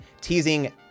teasing